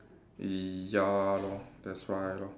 ya lor that's why lor